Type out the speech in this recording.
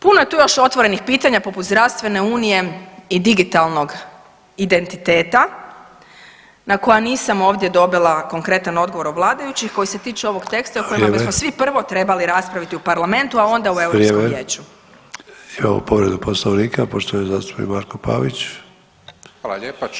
Puno je tu još otvorenih pitanja poput zdravstvene unije i digitalnog identiteta na koja nisam ovdje dobila konkretan odgovor od vladajućih koji se tiče ovog [[Upadica Sanader: Vrijeme.]] teksta o kojima bismo svi prvo trebali raspraviti u Parlamentu, a onda u Europskom vijeću